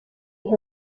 nka